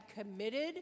committed